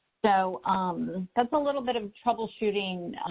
so that's a little bit of troubleshooting,